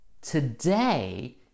today